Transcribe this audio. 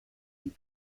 you